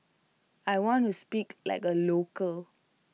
I want to speak like A local